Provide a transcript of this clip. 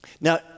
Now